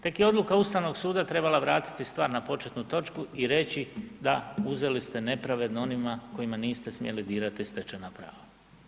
Tek je odluka Ustavnog suda trebala vratiti stvar na početnu točku i reći da uzeli ste nepravedno onima kojima niste smjeli dirati stečena prava.